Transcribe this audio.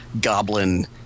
goblin